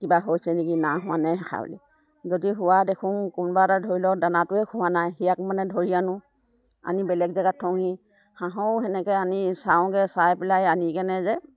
কিবা হৈছে নেকি না হোৱা নাই দেখা বুলি যদি হোৱা দেখোঁ কোনোবা এটা ধৰি লওক দানাটোৱে খোৱা নাই সিয়াক মানে ধৰি আনোঁ আনি বেলেগ জেগাত থওঁহি হাঁহও সেনেকৈ আনি চাওঁগৈ চাই পেলাই আনি কেনে যে